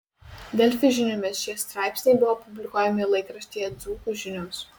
delfi žiniomis šie straipsniai buvo publikuojami laikraštyje dzūkų žinios